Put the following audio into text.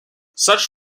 such